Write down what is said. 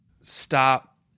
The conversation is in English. stop